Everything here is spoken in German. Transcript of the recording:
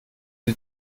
sie